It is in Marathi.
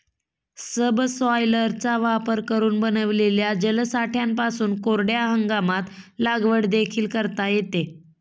सबसॉयलरचा वापर करून बनविलेल्या जलसाठ्यांपासून कोरड्या हंगामात लागवड देखील करता येते